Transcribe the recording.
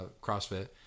CrossFit